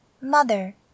Mother